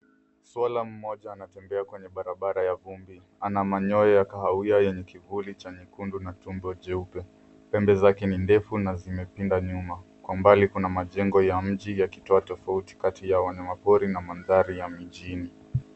Swara moja anatembea kwenye barabara ya vumbi. Ana manyoa ya kahawia yenye kivuli cha nyekundu na tumbo jeupe. Pembe zake ni ndefu na zimepinda nyuma. Kwa mbali kuna majengo ya mji yakitoa tofauti kati ya wanyama pori na mandari ya mjini.